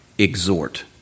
exhort